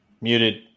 Muted